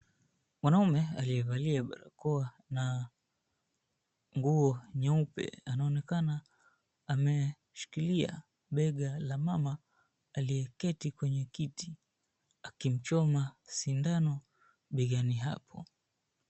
Mwanaume aliyevalia barakoa na nguo nyeupe anaonekana ameshikilia bega la mama aliyeketi kwenye kiti akimchoma sindano begani hapo.